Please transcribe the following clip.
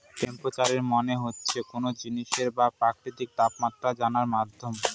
temperature মানে হচ্ছে কোনো জিনিসের বা প্রকৃতির তাপমাত্রা জানার মাধ্যম